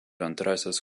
antrasis